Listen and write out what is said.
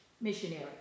missionary